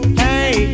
hey